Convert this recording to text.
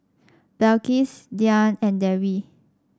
Balqis Dian and Dewi